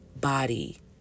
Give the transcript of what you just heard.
body